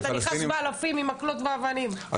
כשאתה נכנס באלפים עם מקלות ואבנים?